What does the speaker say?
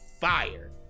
fire